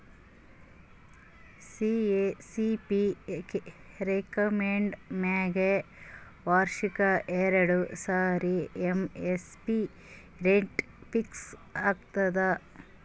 CACP recommend ಮ್ಯಾಗ್ ವರ್ಷಕ್ಕ್ ಎರಡು ಸಾರಿ ಎಮ್.ಎಸ್.ಪಿ ರೇಟ್ ಫಿಕ್ಸ್ ಆತದ್